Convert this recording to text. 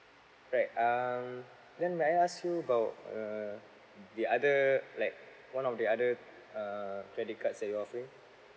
right um then may I ask you about uh the other like one of the other uh credit cards that you're offering